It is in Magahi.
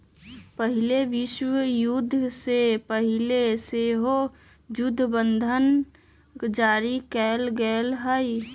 पहिल विश्वयुद्ध से पहिले सेहो जुद्ध बंधन जारी कयल गेल हइ